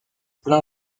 plein